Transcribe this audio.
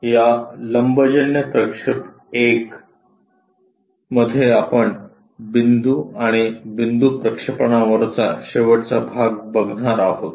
तर या लंबजन्य प्रक्षेप I ऑर्थोग्राफिक प्रोजेक्शन I मध्ये आपण बिंदू आणि बिंदू प्रक्षेपणावरचा शेवटचा भाग बघणार आहोत